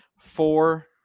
four